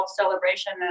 celebration